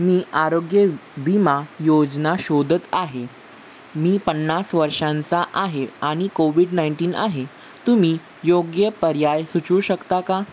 मी आरोग्य विमा योजना शोधत आहे मी पन्नास वर्षांचा आहे आणि कोविड नाईंटीन आहे तुम्ही योग्य पर्याय सुचवू शकता का